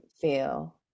feel